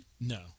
no